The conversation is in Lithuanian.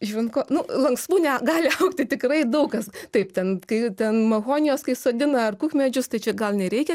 žiūrint koks nu lanksvūnė gali augti tikrai daug kas taip ten kai ten mahonijas kai sodina ar kukmedžius tai čia gal nereikia